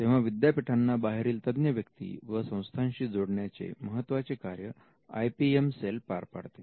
तेव्हा विद्यापीठांना बाहेरील तज्ञ व्यक्ती व संस्थांशी जोडण्याचे महत्वाचे कार्य आय पी एम सेल पार पाडते